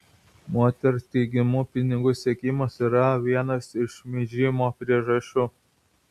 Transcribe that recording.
moters teigimu pinigų siekimas yra viena iš šmeižimo priežasčių